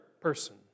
person